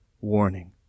warning